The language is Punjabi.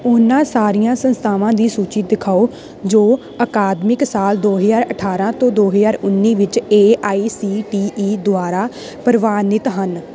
ਉਹਨਾਂ ਸਾਰੀਆਂ ਸੰਸਥਾਵਾਂ ਦੀ ਸੂਚੀ ਦਿਖਾਓ ਜੋ ਅਕਾਦਮਿਕ ਸਾਲ ਦੋ ਹਜ਼ਾਰ ਅਠਾਰਾਂ ਤੋਂ ਦੋ ਹਜ਼ਾਰ ਉੱਨੀ ਵਿੱਚ A I C T E ਦੁਆਰਾ ਪ੍ਰਵਾਨਿਤ ਹਨ